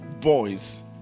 voice